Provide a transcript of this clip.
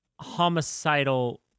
homicidal